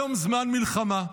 היום זמן מלחמה,